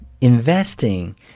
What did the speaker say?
investing